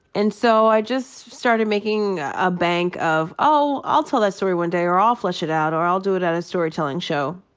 and so i just started making a bank of, oh, i'll tell that story one day, or, i'll flesh it out, or, i'll do it at a storytelling show.